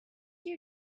you